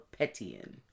Petian